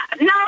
No